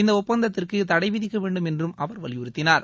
இந்த ஒப்பந்தத்திற்கு தடைவிதிக்கவேண்டும் என்றும் அவர் வலியுறுத்தினார்